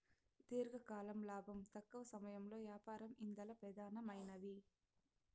దీర్ఘకాలం లాబం, తక్కవ సమయంలో యాపారం ఇందల పెదానమైనవి